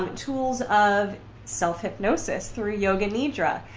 tools of self-hypnosis through yoga nidra,